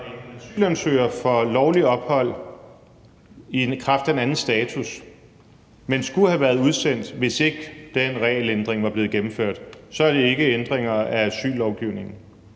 asylansøger får lovligt ophold i kraft af en anden status, men skulle have været udsendt, hvis den regelændring ikke var blevet gennemført, er det ikke ændringer af asyllovgivningen?